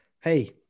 Hey